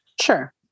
sure